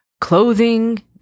clothing